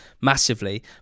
massively